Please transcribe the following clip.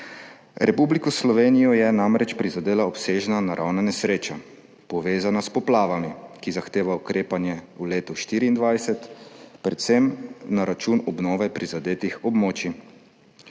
Republiko Slovenijo je namreč prizadela obsežna naravna nesreča, povezana s poplavami, ki zahteva ukrepanje v letu 2024, predvsem na račun obnove prizadetih območij.